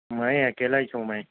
میں اکیلا اچ ہوں میں